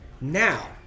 Now